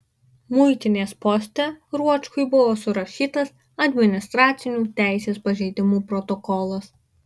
muitinės poste ruočkui buvo surašytas administracinių teisės pažeidimų protokolas